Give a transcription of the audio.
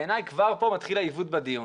בעיני כבר פה מתחיל העיוות בדיון.